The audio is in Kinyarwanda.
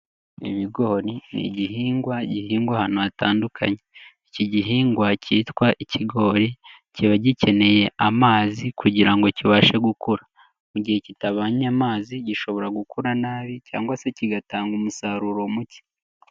Ibigori ni igihingwa gihingwa ahantu hatandukanye. Iki gihingwa kitwa ikigori kiba gikeneye amazi kugira ngo kibashe gukura. Mu gihe kitabonye amazi gishobora gukura nabi cyangwa se kigatanga umusaruro muke.